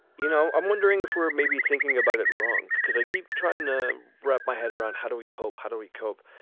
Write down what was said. you know, i'm wondering if we're maybe thinking about it wrong. because i keep trying to wrap my head around how do we cope? how do we cope?